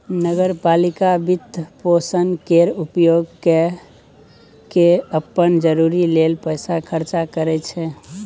नगर पालिका वित्तपोषण केर उपयोग कय केँ अप्पन जरूरी लेल पैसा खर्चा करै छै